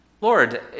Lord